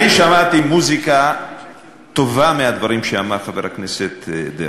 שמעתי מוזיקה טובה מהדברים שאמר חבר הכנסת דרעי.